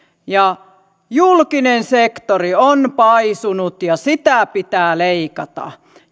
julkinen sektori on paisunut ja sitä pitää leikata